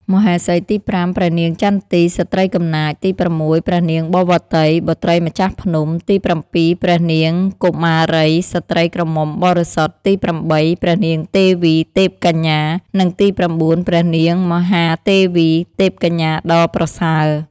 មហេសីទី៥ ព្រះនាងចន្ទី (ស្ត្រីកំណាច) ទី៦ ព្រះនាងបវ៌តី (បុត្រីម្ចាស់ភ្នំ) ទី៧ ព្រះនាងកុមារី (ស្ត្រីក្រមុំបរិសុទ្ធ) ទី៨ ព្រះនាងទេវី (ទេពកញ្ញា) និងទី៩ ព្រះនាងមហាទេវី (ទេពកញ្ញាដ៏ប្រសើរ)។